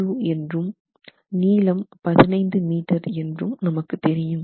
2 என்றும் நீளம் 15 m என்றும் நமக்கு தெரியும்